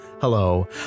Hello